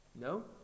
No